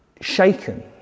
shaken